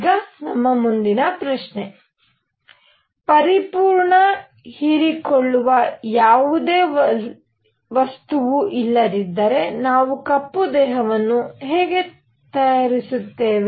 ಈಗ ಮುಂದಿನ ಪ್ರಶ್ನೆ ಪರಿಪೂರ್ಣ ಹೀರಿಕೊಳ್ಳುವ ಯಾವುದೇ ವಸ್ತು ಇಲ್ಲದಿದ್ದರೆ ನಾವು ಕಪ್ಪು ದೇಹವನ್ನು ಹೇಗೆ ತಯಾರಿಸುತ್ತೇವೆ